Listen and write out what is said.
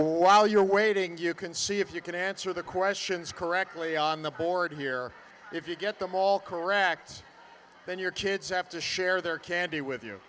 while you're waiting you can see if you can answer the questions correctly on the board here if you get them all correct then your kids have to share their candy with you